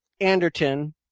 Anderton